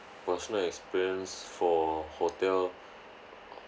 personal experience for hotel